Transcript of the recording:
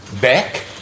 back